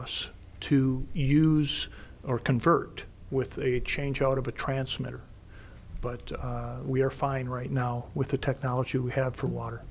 us to use or convert with a change out of a transmitter but we are fine right now with the technology we have for water